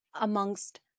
amongst